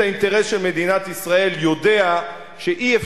האינטרס של מדינת ישראל יודע שאי-אפשר,